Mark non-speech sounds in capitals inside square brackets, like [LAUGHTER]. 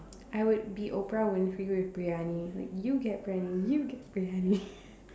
I would be Oprah-Winfrey with Briyani like you get Briyani you get Briyani [LAUGHS]